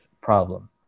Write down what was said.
problem